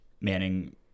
manning